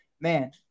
man